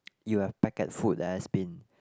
you have packet food that has been